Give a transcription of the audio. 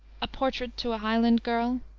a portrait, to a highland girl,